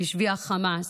בשבי החמאס.